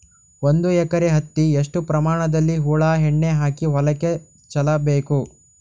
ಒಂದು ಎಕರೆ ಹತ್ತಿ ಎಷ್ಟು ಪ್ರಮಾಣದಲ್ಲಿ ಹುಳ ಎಣ್ಣೆ ಹಾಕಿ ಹೊಲಕ್ಕೆ ಚಲಬೇಕು?